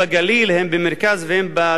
הן במרכז והן בדרום,